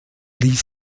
ließ